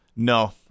No